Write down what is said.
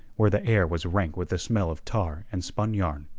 where the air was rank with the smell of tar and spun yarn.